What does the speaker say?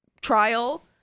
trial